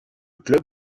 club